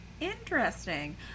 interesting